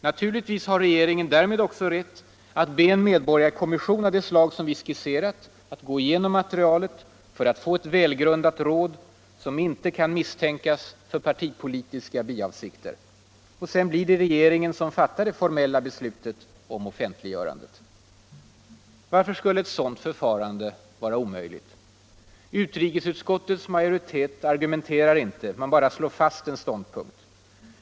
Naturligtvis har regeringen därmed också rätt att be en medborgarkommission av det slag som vi skisserat att gå igenom materialet för att få ett välgrundat råd, som inte kan misstänkas för partipolitiska biavsikter. Sedan blir det regeringen som fattar det formella beslutet om offentliggörandet. Varför skulle ett sådant förfarande vara omöjligt? Utrikesutskottets majoritet argumenterar inte, man bara slår fast en ståndpunkt.